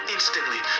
Instantly